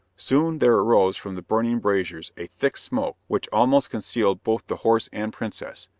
soon there arose from the burning braziers a thick smoke which almost concealed both the horse and princess,